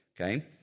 okay